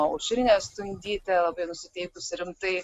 aušrinė stundytė labai nusiteikusi rimtai